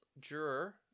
juror